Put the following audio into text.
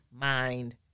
mind